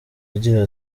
agira